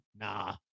Nah